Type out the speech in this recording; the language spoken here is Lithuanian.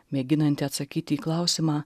mėginanti atsakyti į klausimą